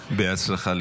בהצלחה.